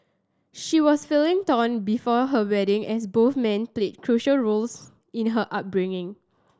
she was feeling torn before her wedding as both men played crucial roles in her upbringing